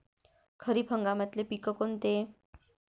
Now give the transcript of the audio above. खरीप हंगामातले पिकं कोनते?